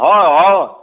অ অ